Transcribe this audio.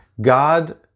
God